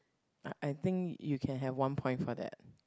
I~ I think you can have one point for that